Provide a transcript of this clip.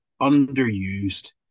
underused